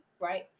right